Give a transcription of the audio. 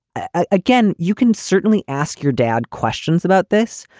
ah again, you can certainly ask your dad questions about this,